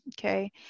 okay